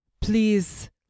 please